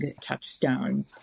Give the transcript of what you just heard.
touchstone